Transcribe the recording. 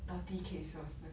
thirty caseworks